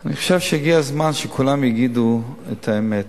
אני חושב שהגיע הזמן שכולם יגידו את האמת,